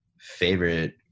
favorite